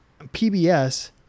PBS